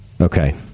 Okay